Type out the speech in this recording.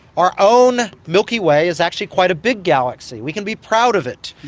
our own milky way is actually quite a big galaxy, we can be proud of it,